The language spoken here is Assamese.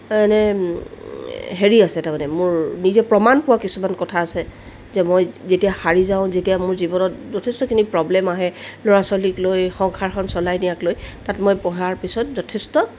মানে হেৰি আছে তাৰমানে মোৰ নিজে প্ৰমাণ পোৱা কিছুমান কথা আছে যে মই যেতিয়া হাৰি যাওঁ যেতিয়া মোৰ জীৱনত যথেষ্টখিনি প্ৰব্লেম আহে ল'ৰা ছোৱালীক লৈ সংসাৰখন চলাই নিয়াক লৈ তাত মই পঢ়াৰ পিছত যথেষ্ট